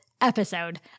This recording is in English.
episode